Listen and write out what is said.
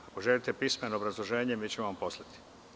Ako želite pismeno obrazloženje mi ćemo vam poslati.